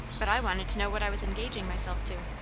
but i wanted to know what i was engaging myself to.